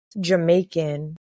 Jamaican